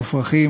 המופרכים,